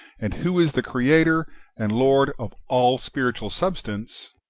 and who is the creator and lord of all spiri tual substance,